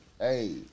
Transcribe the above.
hey